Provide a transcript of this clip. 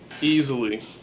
Easily